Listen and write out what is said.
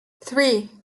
three